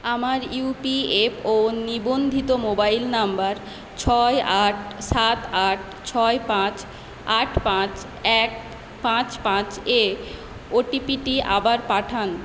আমার ইউপিএফও নিবন্ধিত মোবাইল নম্বর ছয় আট সাত আট ছয় পাঁচ আট পাঁচ এক পাঁচ পাঁচে ও টি পিটি আবার পাঠান